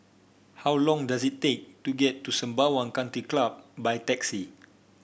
how long does it take to get to Sembawang Country Club by taxi